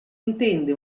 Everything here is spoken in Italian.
intende